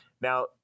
Now